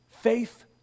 Faith